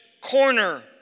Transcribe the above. corner